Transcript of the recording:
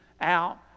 out